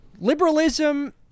liberalism